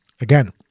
Again